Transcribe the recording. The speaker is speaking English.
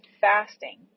fasting